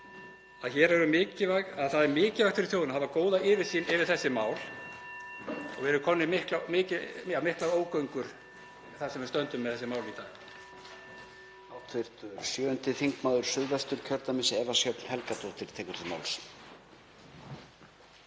að það er mikilvægt fyrir þjóðina að hafa góða yfirsýn yfir þessi mál og við erum komin í miklar ógöngur þar sem við stöndum með þessi mál í dag.